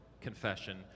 confession